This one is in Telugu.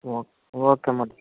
okay okay Murali